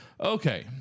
Okay